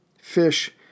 fish